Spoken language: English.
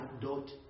dot